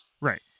Right